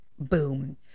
Boom